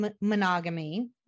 monogamy